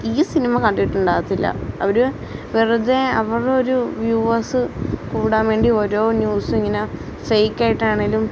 ഈ സിനിമ കണ്ടിട്ടുണ്ടാവത്തില്ല അവര് വെറുതെ അവര് ഒരു വ്യൂവേഴ്സ് കൂടാന് വേണ്ടി ഓരോ ന്യൂസും ഇങ്ങനെ ഫേക് ആയിട്ടാണേലും